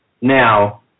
now